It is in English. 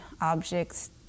objects